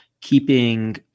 keeping